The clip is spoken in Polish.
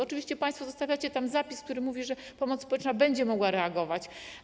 Oczywiście państwo zostawiacie tam zapis, który mówi, że pomoc społeczna będzie mogła reagować.